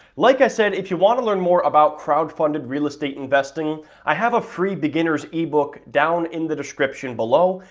like i said, if you want to learn more about crowdfunded real estate investing i have a free beginner's ebook down in the description below.